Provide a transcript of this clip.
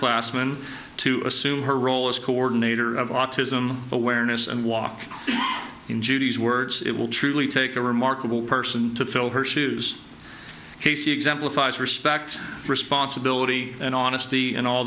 classman to assume her role as coordinator of autism awareness and walk in judy's words it will truly take a remarkable person to fill her shoes case exemplifies respect responsibility and honesty and all